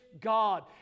God